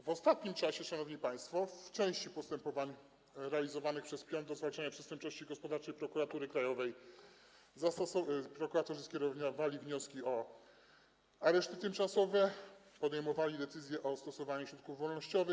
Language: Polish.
W ostatnim czasie, szanowni państwo, w części postępowań realizowanych przez pion do spraw zwalczania przestępczości gospodarczej Prokuratury Krajowej prokuratorzy skierowali wnioski o areszty tymczasowe i podjęli decyzje o zastosowaniu środków wolnościowych.